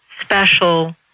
special